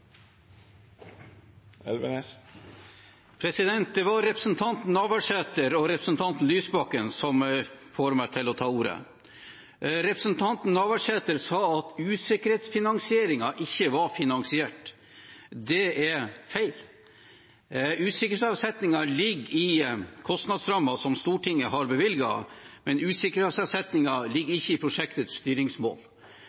å ta ordet. Representanten Navarsete sa at usikkerhetsfinansieringen ikke var finansiert. Det er feil. Usikkerhetsavsetningen ligger i kostnadsrammen som Stortinget har bevilget, men usikkerhetsavsetningen ligger